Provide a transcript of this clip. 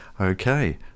Okay